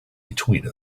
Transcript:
between